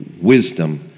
wisdom